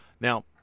Now